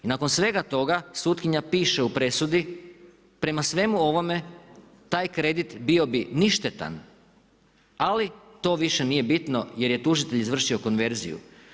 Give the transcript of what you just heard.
Nakon svega toga sutkinja piše u presudi, prema svemu ovome taj kredit bio bi ništetan, ali to više nije bitno jer je tužitelj izvršio konverziju.